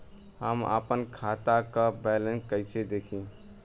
हम आपन खाता क बैलेंस कईसे देखी?